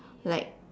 like